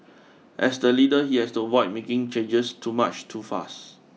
as the leader he has to avoid making changes too much too fast